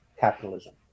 capitalism